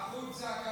החוצה.